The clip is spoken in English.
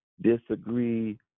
disagree